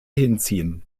hinziehen